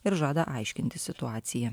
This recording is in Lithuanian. ir žada aiškintis situaciją